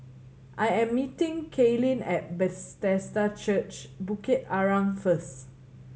I am meeting Kaylyn at Bethesda Church Bukit Arang first